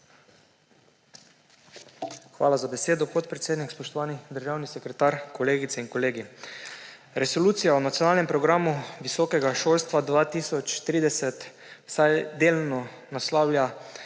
Hvala za besedo, podpredsednik. Spoštovani državni sekretar, kolegice in kolegi! Resolucija o Nacionalnem programu visokega šolstva 2030 vsaj delno naslavlja